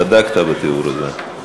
צדקת בתיאור הזה.